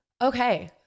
Okay